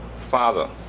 Father